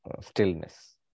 stillness